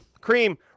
cream